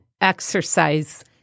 exercise